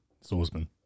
Swordsman